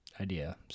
idea